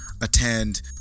attend